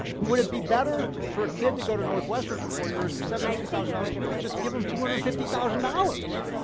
would it be better for a kid to go to northwestern for four years for seventy two thousand dollars a year? just give him two hundred and fifty thousand dollars.